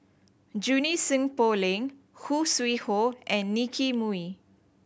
Junie Sng Poh Leng Khoo Sui Hoe and Nicky Moey